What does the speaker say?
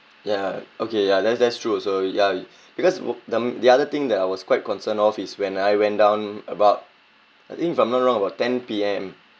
ya okay ya that's that's true also ya because wo~ the the other thing that I was quite concerned of is when I went down about I think if I'm not wrong about ten P_M